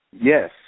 Yes